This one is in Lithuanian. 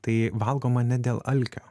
tai valgoma ne dėl alkio